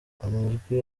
amajwi